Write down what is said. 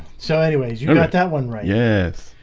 so anyways yeah got that one right yes,